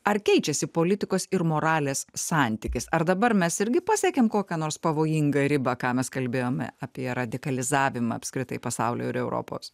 ar keičiasi politikos ir moralės santykis ar dabar mes irgi pasiekėm kokią nors pavojingą ribą ką mes kalbėjome apie radikalizavimą apskritai pasaulio ir europos